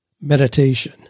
meditation